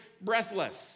breathless